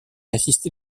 assisté